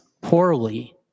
poorly